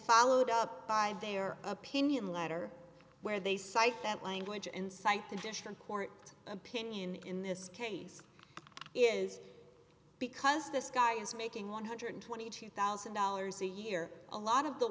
followed up by their opinion letter where they cite that language insight the dish from court opinion in this case is because this guy is making one hundred and twenty two thousand dollars a year a lot of the